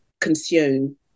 consume